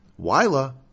Wyla